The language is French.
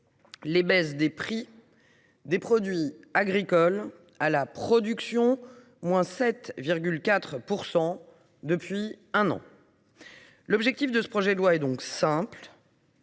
la baisse du prix des produits agricoles à la production, à savoir –7,4 % depuis un an. L’objet de ce projet de loi est donc simple